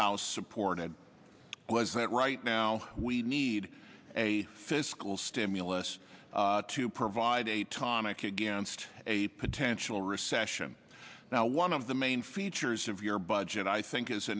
house supported was that right now we need a fiscal stimulus to provide a tonic against a potential recession now one of the main features of your budget i think is a